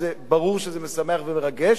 וברור שזה שמח ומרגש,